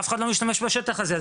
אף אחד לא משתמש בשטח הזה,